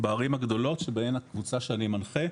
בערים הגדולות ובהן הקבוצה שאני מנחה,